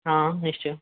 हा निश्चय